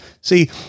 See